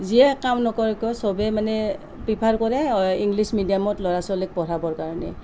যিয়েই কাম নকৰোঁ কিয় সবেই মানে প্ৰিফাৰ কৰে ইংলিছ মিডিয়ামত ল'ৰা ছোৱালীক পঢ়াবৰ কাৰণে